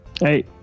Hey